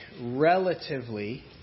relatively